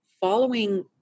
following